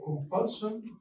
compulsion